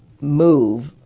move